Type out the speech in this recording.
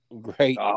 great